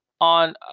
on